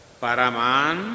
paraman